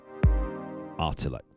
Artilect